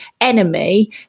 enemy